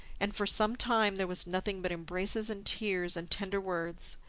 and for some time there was nothing but embraces and tears and tender words.